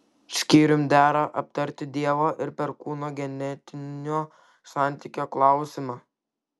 skyrium dera aptarti dievo ir perkūno genetinio santykio klausimą